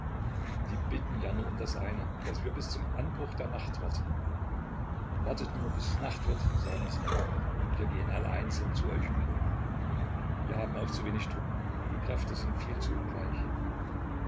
die bitten ja nur um das eine daß wir bis zum anbruch der nacht warten wartet nur bis es nacht wird sagen sie und wir gehen alle einzeln zu euch über wir haben auch zu wenig truppen die kräfte sind viel zu ungleich